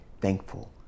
thankful